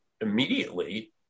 immediately